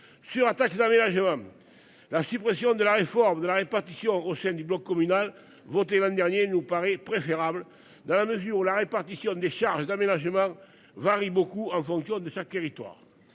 sur attaque Jérôme. La suppression de la réforme de la répartition au sein du bloc communal voté l'an dernier nous paraît préférable dans la mesure où la répartition des charges d'aménagement varie beaucoup en fonction de chaque territoire.